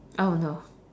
oh no